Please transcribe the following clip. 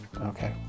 okay